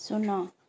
ଶୂନ